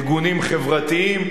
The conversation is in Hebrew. ארגונים חברתיים.